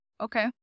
Okay